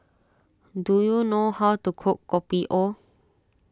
do you know how to cook Kopi O